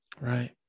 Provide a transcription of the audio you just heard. right